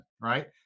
right